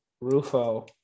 Rufo